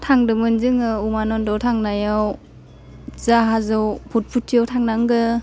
थांदोंमोन जोङो उमानन्द थांनायाव जाहाजाव पुट पुटियाव थांनांगो